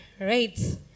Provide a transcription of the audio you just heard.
right